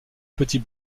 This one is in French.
petit